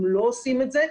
הם לא עושים את זה,